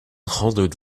hollered